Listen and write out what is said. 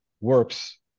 works